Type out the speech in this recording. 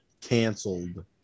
Canceled